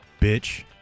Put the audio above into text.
Bitch